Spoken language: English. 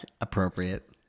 Appropriate